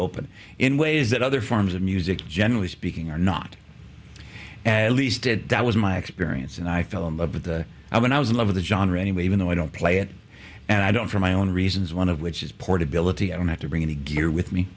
open in ways that other forms of music generally speaking are not at least that was my experience and i fell in love with i when i was in love with a john or anyway even though i don't play it and i don't for my own reasons one of which is portability i don't have to bring any gear with me